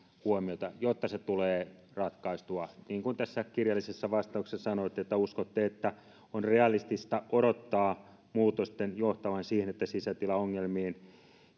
huomiota jotta se tulee ratkaistua niin kuin tässä kirjallisessa vastauksessa sanoitte että uskotte että on realistista odottaa muutosten johtavan siihen että sisätilaongelmiin